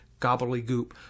gobbledygook